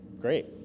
Great